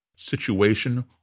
situation